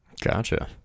Gotcha